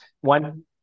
one